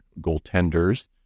goaltenders